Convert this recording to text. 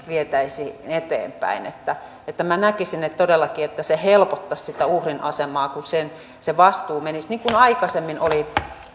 vietäisiin eteenpäin minä näkisin todellakin että se helpottaisi sitä uhrin asemaa kun se vastuu menisi niin kuin aikaisemmin kun oli